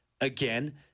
again